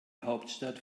hauptstadt